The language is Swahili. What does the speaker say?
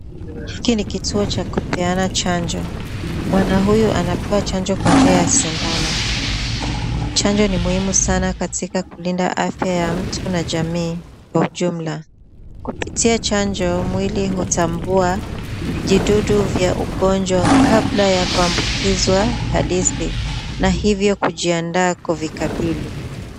Hiki ni kituo cha kupeana chanjo, bwana huyu anapewa chanjo kwa njia ya sindano. Chanjo ni muhimu sana katika kulinda afya ya mtu na jamii kwa ujumla . Kupitia chanjo mwili hutambua vijududu vya ugonjwa kabla ya kuambukizwa halisi na hivyo kujiandaa kuvikabili.